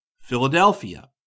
Philadelphia